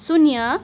शून्य